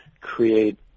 create